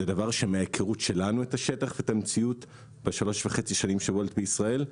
זה דבר שמההיכרות שלנו את השטח ואת המציאות ב-3.5 השנים ש-וולט בישראל,